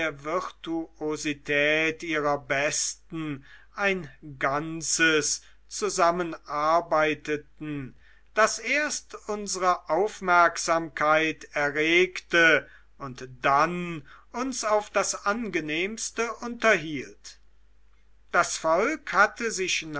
virtuosität ihrer besten ein ganzes zusammenarbeiteten das erst unsre aufmerksamkeit erregte und dann uns auf das angenehmste unterhielt das volk hatte sich